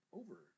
over